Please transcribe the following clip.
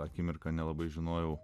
akimirką nelabai žinojau